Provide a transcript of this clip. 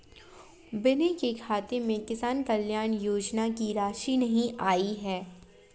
विनय के खाते में किसान कल्याण योजना की राशि नहीं आई है